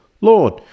Lord